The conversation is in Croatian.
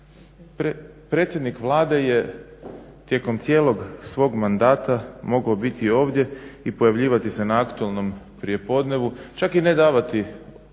Predsjednik Vlade je tijekom cijelog svog mandata mogao biti ovdje i pojavljivati se na aktualnom prijepodnevu, čak i ne davati odgovore